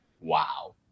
Wow